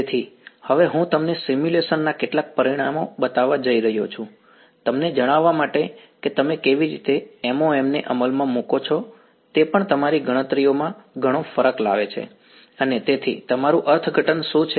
તેથી હવે હું તમને સિમ્યુલેશન ના કેટલાક પરિણામો બતાવવા જઈ રહ્યો છું તમને જણાવવા માટે કે તમે કેવી રીતે MoM ને અમલમાં મુકો છો તે પણ તમારી ગણતરીઓમાં ઘણો ફરક લાવે છે અને તેથી તમારું અર્થઘટન શું છે